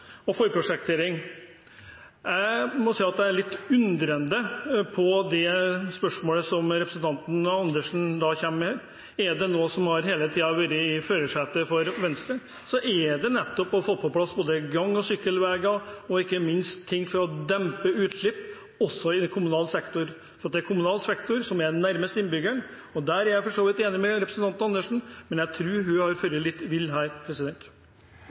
og forprosjektering. Jeg må si at jeg er litt undrende til det spørsmålet som representanten Andersen kom med her. Er det noe som hele tiden har vært i førersetet for Venstre, er det nettopp å få på plass både gang- og sykkelveier og, ikke minst, noe for å dempe utslipp, også i kommunal sektor. Det er kommunal sektor som er nærmest innbyggerne. Jeg er for så vidt enig med representanten Andersen, men jeg tror hun har fart litt vill her.